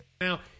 Now